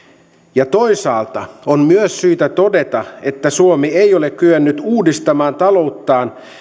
toisaalta on myös syytä todeta että suomi ei ole kyennyt uudistamaan talouttaan